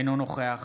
אינו נוכח